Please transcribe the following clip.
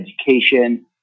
education